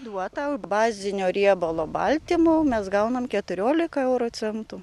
duotą bazinio riebalo baltymo mes gaunam keturiolika euro centų